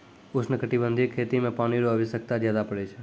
उष्णकटिबंधीय खेती मे पानी रो आवश्यकता ज्यादा पड़ै छै